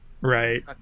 right